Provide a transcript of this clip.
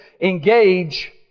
engage